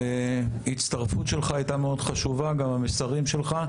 ההצטרפות שלך הייתה מאוד חשובה וגם המסרים שלך.